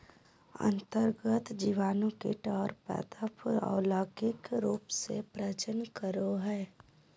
अन्तर्गत जीवाणु कीट और पादप अलैंगिक रूप से प्रजनन करो हइ